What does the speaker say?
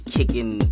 Kicking